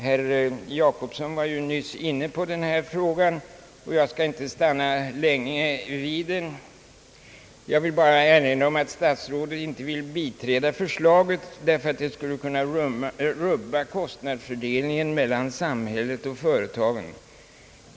Herr Jacobsson var nyss inne på denna fråga, och jag skall därför inte stanna länge vid den. Jag vill bara erinra om att statsrådet inte ville biträda förslaget därför att det skulle kunna rubba kostnadsfördelningen mellan samhället och företagen.